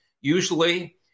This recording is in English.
usually